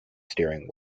steering